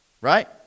right